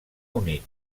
unit